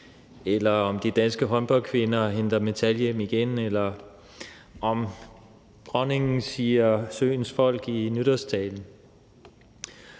eller om de danske håndboldkvinder henter metal hjem igen, eller om dronningen siger »søens folk« i nytårstalen.